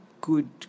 good